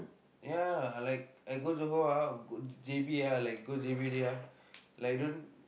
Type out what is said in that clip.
ya I like I go Johor ah go J_B ah like go J_B already ah like don't